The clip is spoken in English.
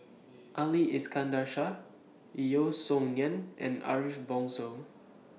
Ali Iskandar Shah Yeo Song Nian and Ariff Bongso